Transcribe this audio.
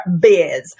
biz